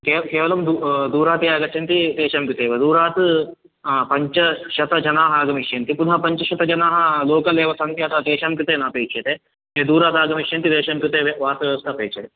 केवल् केवलं दूर् दूरात् ये आगच्छन्ति तेषां कृते एव दूरात् पञ्चशतजनाः आगमिष्यन्ति पुनः पञ्चशतजनाः लोकल् एव सन्ति अतः तेषां कृते नापेक्ष्यते ये दूरादागमिष्यन्ति तेषां कृते वासव्यवस्था अपेक्ष्यते